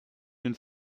den